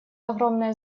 огромное